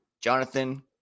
Jonathan